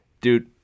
Dude